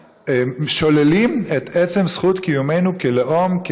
שוללים את עצם זכות קיומנו כלאום,